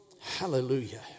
Hallelujah